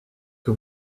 que